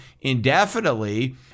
indefinitely